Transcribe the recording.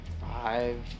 five